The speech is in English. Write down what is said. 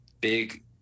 big